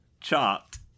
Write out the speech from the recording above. Chopped